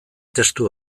testu